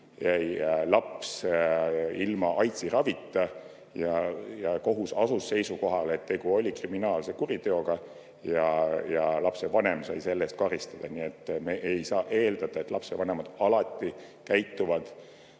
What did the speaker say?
laps ilma aidsiravita ja kohus asus seisukohale, et tegu oli kriminaalkuriteoga. Lapsevanem sai selle eest karistada. Me ei saa eeldada, et lapsevanemad alati käituvad